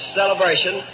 celebration